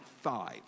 five